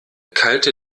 kalte